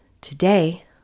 today